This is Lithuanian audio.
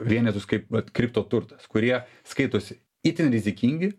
vienetus kaip vat kriptoturtas kurie skaitosi itin rizikingi